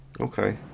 Okay